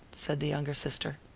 said the younger sister.